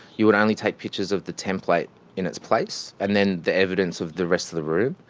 you would only take pictures of the template in its place and then the evidence of the rest of the room.